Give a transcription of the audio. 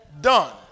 done